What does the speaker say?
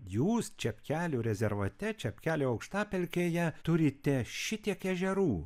jūs čepkelių rezervate čepkelių aukštapelkėje turite šitiek ežerų